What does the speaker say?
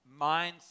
mindset